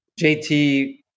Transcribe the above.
JT